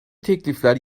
teklifler